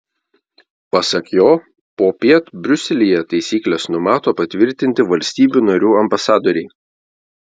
pasak jo popiet briuselyje taisykles numato patvirtinti valstybių narių ambasadoriai